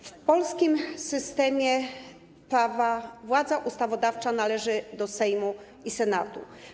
W polskim systemie władza prawa władza ustawodawcza należy do Sejmu i Senatu.